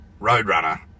Roadrunner